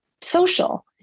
social